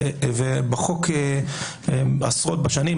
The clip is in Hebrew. החוק עשרות בשנים,